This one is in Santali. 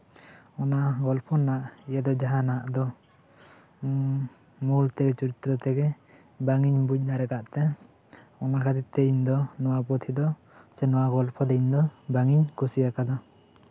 ᱚᱱᱟ ᱜᱚᱞᱯᱷᱚ ᱨᱮᱱᱟᱜ ᱤᱭᱟᱹ ᱫᱚ ᱡᱟᱦᱟᱱᱟᱜ ᱫᱚ ᱢᱩᱞ ᱪᱚᱨᱤᱛᱨᱚ ᱛᱮᱜᱮ ᱵᱟᱝ ᱤᱧ ᱵᱩᱡᱽ ᱫᱟᱲᱮ ᱠᱟᱜ ᱛᱮ ᱚᱱᱟ ᱠᱷᱟᱹᱛᱤᱨ ᱛᱮ ᱤᱧ ᱫᱚ ᱱᱚᱣᱟ ᱥᱮ ᱱᱚᱣᱟ ᱜᱚᱞᱯᱷᱚ ᱫᱚ ᱤᱧ ᱫᱚ ᱵᱟᱝ ᱤᱧ ᱠᱩᱥᱤ ᱟᱠᱟᱫᱟ